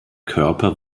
körper